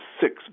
six